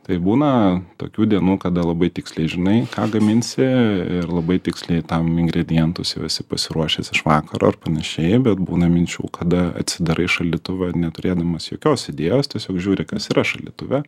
taip būna tokių dienų kada labai tiksliai žinai ką gaminsi ir labai tiksliai tam ingredientus jau esi pasiruošęs iš vakaro ir panašiai bet būna minčių kada atsidarai šaldytuvą neturėdamas jokios idėjos tiesiog žiūri kas yra šaldytuve